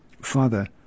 Father